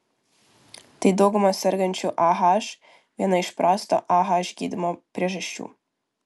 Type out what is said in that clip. tai daugumos sergančiųjų ah viena iš prasto ah gydymo priežasčių